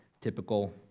Typical